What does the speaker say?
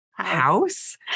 house